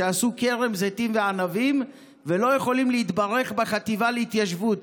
שעשו כרם זיתים וענבים ולא יכולים להתברך בחטיבה להתיישבות,